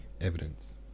evidence